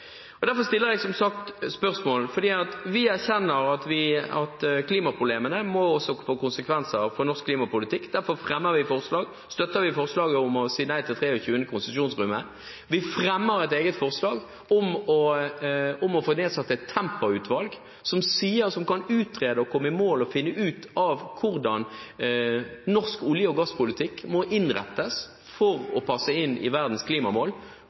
Derfor stiller jeg meg spørrende til de partiene som i dag vil stemme ned forslaget om å si nei til 23. konsesjonsrunde, dette forslaget som prisverdig er fremmet av Miljøpartiet De Grønne. SV erkjenner at klimaproblemene også må få konsekvenser for norsk klimapolitikk. Derfor støtter vi forslaget om å si nei til 23. konsesjonsrunde. Vi fremmer et eget forslag om å få nedsatt et tempoutvalg som kan utrede, komme i mål og finne ut av hvordan norsk olje- og gasspolitikk må innrettes for